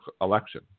election